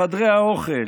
בחדרי האוכל,